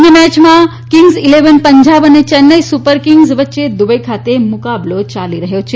અન્ય મેયમાં Kings Eleven Punjab અને ચેન્નાઇ સુપર કિગ્સ વચ્ચે દુબઇ ખાતે મુકાબલો યાલી રહથો છે